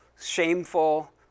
shameful